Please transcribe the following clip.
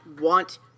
want